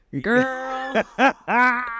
Girl